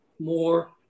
more